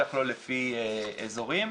בטח לא לפי אזורים.